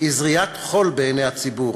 היא זריית חול בעיני הציבור,